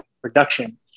production